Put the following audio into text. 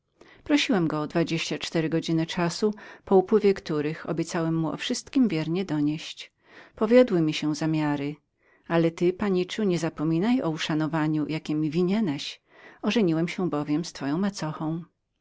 prosiłem go o dwadzieścia cztery godzin czasu po upływie których obiecałem że mu wszystko wiernie doniosę powiodły mi się moje zamiary ale ty paniczu niezapominaj uszanowania jakie mi winieneś ożeniłem się bowiem z twoją macochą